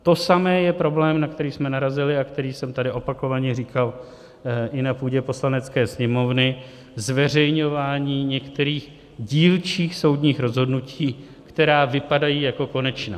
To samé je problém, na který jsme narazili a který jsem tady opakovaně říkal i na půdě Poslanecké sněmovny, zveřejňování některých dílčích soudních rozhodnutí, která vypadají jako konečná.